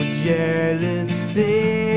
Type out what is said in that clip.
jealousy